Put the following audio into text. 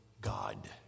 God